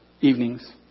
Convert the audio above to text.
evenings